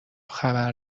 خبر